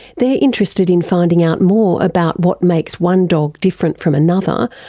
they're interested in finding out more about what makes one dog different from another,